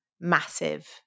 massive